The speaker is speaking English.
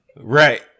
Right